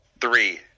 Three